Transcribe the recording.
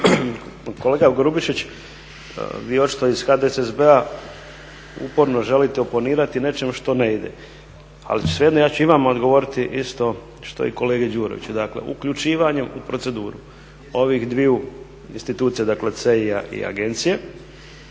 Kolega Grubišić, vi očito iz HDSSB-a uporno želite oponirati nečemu što ne ide. Ali svejedno ja ću i vama odgovoriti isto što i kolegi Đuroviću. Dakle, uključivanje u proceduru ovih dviju institucija, dakle CEI i agencije